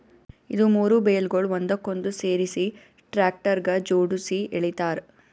ಇದು ಮೂರು ಬೇಲ್ಗೊಳ್ ಒಂದಕ್ಕೊಂದು ಸೇರಿಸಿ ಟ್ರ್ಯಾಕ್ಟರ್ಗ ಜೋಡುಸಿ ಎಳಿತಾರ್